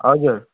हजुर